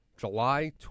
July